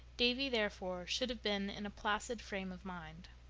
davy, therefore, should have been in a placid frame of mind.